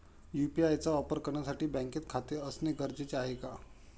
UPI चा वापर करण्यासाठी बँकेत खाते असणे गरजेचे आहे का?